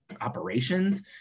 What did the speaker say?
operations